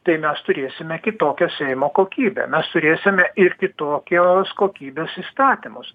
tai mes turėsime kitokio seimo kokybę mes turėsime ir kitokios kokybės įstatymus